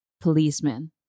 policeman